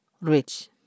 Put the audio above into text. rich